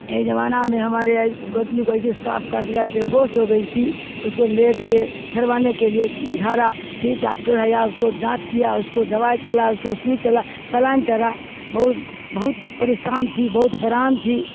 ایک زمانہ میں ہمارے گوتنی کو ایسی سانپ کاٹ لیا بے ہوش ہو گئی تھی اس کو لے گی جھڑوانے کے لیے جھاڑا پھر ڈاکٹر حیا اس کو جانچ کیا اس کو دوائی چلا اس کو سوئی چلا سلائن چھڑا بہت بہت پریشان تھی بہت حیران تھی